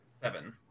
Seven